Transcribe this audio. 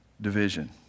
division